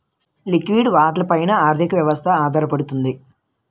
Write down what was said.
లిక్విడి వాటాల పైన ఆర్థిక వ్యవస్థ ఆధారపడుతుంది